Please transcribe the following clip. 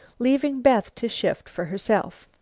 leaving beth to shift for herself.